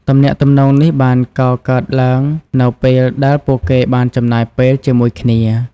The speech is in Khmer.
ទំនាក់ទំនងនេះបានកកើតឡើងនៅពេលដែលពួកគេបានចំណាយពេលជាមួយគ្នា។